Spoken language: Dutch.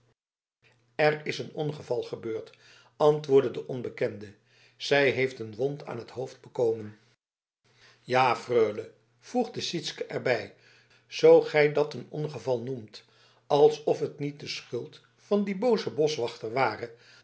er is een ongeval gebeurd antwoordde de onbekende zij heeft een wond aan het hoofd bekomen ja freule voegde sytsken er bij zoo gij dat een ongeval noemt alsof het niet de schuld van dien boozen boschwachter ware